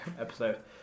episode